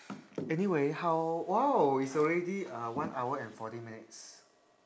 anyway how !wow! it's already uh one hour and forty minutes